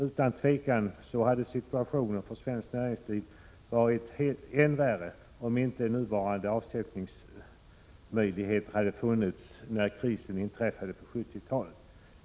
Utan tvivel hade situationen för svenskt näringsliv varit än värre, om inte nuvarande avsättningsmöjligheter hade funnits när krisen inträffade på 70-talet.